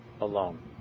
alone